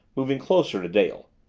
moving closer to dale,